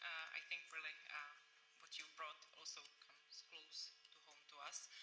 i think really ah what you brought also comes close to home to us.